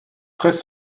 treize